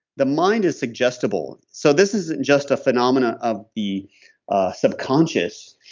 the mind is suggestible. so this isn't just a phenomenon of the subconscious.